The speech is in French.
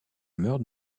meurt